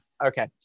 okay